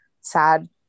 sad